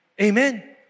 Amen